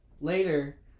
later